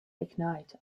ignite